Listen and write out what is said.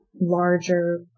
larger